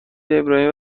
ابراهیمی